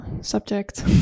subject